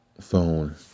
phone